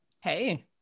Hey